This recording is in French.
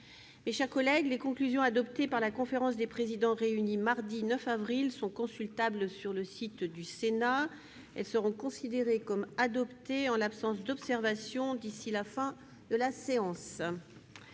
les réserves d'usage. Les conclusions adoptées par la conférence des présidents réunie mardi 9 avril sont consultables sur le site du Sénat. Elles seront considérées comme adoptées en l'absence d'observations d'ici à la fin de la séance.-